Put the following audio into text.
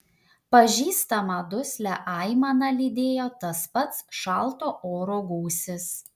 pažįstamą duslią aimaną lydėjo tas pats šalto oro gūsis